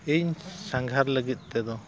ᱤᱧ ᱥᱟᱸᱜᱷᱟᱨ ᱞᱟᱹᱜᱤᱫ ᱛᱮᱫᱚ